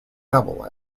double